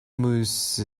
moose